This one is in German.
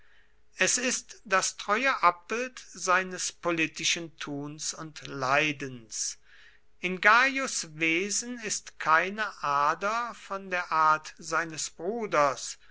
es ist das treue abbild seines politischen tuns und leidens in gaius wesen ist keine ader von der art seines bruders